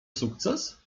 sukces